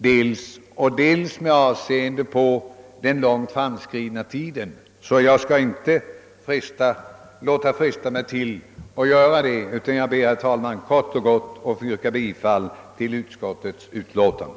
Med hänsyn härtill och med hänsyn till den långt framskridna tiden skall jag inte låta fresta mig till att fortsätta diskussionen, utan jag ber, herr talman, kort och gott att få yrka bifall till utskottets utlåtande.